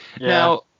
Now